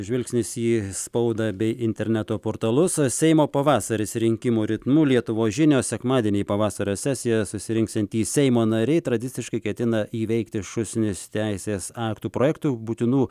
žvilgsnis į spaudą bei interneto portalus seimo pavasaris rinkimų ritmu lietuvos žinios sekmadienį pavasario sesiją susirinksiantys seimo nariai tradiciškai ketina įveikti šūsnis teisės aktų projektų būtinų